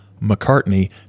mccartney